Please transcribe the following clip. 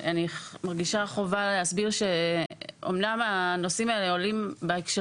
אני מרגישה חובה להסביר שאומנם הנושאים האלה עולים בהקשר